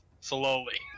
Slowly